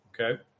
Okay